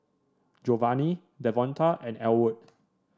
Jovani Devonta and Ellwood